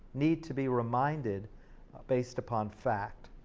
need to be reminded based upon fact.